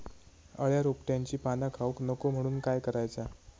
अळ्या रोपट्यांची पाना खाऊक नको म्हणून काय करायचा?